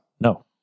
no